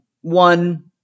One